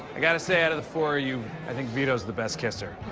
i gotta say, out of the four of you, i think vito's the best kisser.